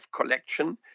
collection